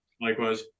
likewise